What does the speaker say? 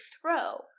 throw